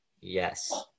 Yes